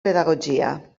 pedagogia